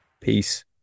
peace